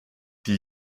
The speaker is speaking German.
die